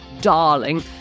darling